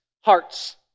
hearts